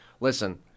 listen